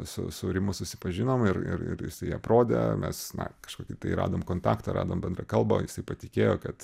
su su rimu susipažinom ir ir ir jisai parodė mes na kažkokį tai radom kontaktą radom bendrą kalbą jisai patikėjo kad